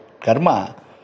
karma